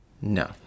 No